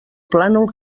plànol